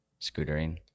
scootering